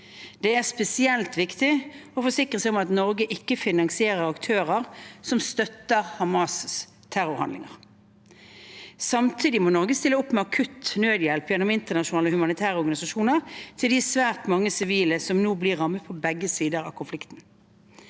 Det er spesielt viktig å forsikre seg om at Norge ikke finansierer aktører som støtter Hamas’ terrorhandlinger. Samtidig må Norge stille opp med akutt nødhjelp gjennom internasjonale humanitære organisasjoner til de svært mange sivile på begge sider av konflikten